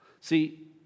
See